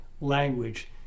language